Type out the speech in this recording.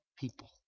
people